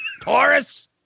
Taurus